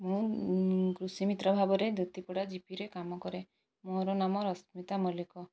ମୁଁ କୃଷି ମିତ୍ର ଭାବରେ ଦୁତୀପଡ଼ା ଜିପିରେ କାମ କରେ ମୋର ନାମ ରଶ୍ମୀତା ମଲ୍ଲିକ